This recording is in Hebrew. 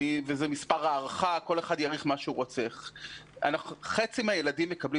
וזה מספר הערכה וכל אחד יעריך מה שהוא רוצה - מהילדים מקבלים